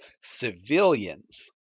civilians